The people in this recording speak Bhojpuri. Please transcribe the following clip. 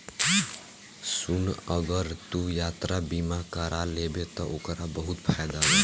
सुन अगर तू यात्रा बीमा कारा लेबे त ओकर बहुत फायदा बा